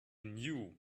knew